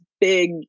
big